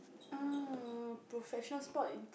uh professional sport